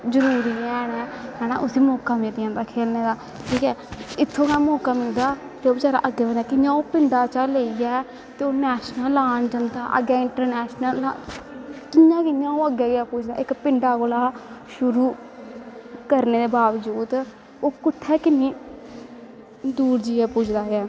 जरूरी हैन नै हैना उसी मौका मिगी जंदा खेलनें दा ठीक ऐ इत्थों गै मौका मिलदा ते बचैरा अग्गैं कनैं कियां पिंडै बिच्चा दा लेईयै ते ओह् नैशनल लान जंदा अग्गैं इंट्रनैशनल कियां कियां ओह् अग्गैं जाईयै पुजदा इक पिंडै कोला दा शुरु करें दे बाबजूद ओह् कुत्थें किन्नी दूर जाईयै पुजदा ऐ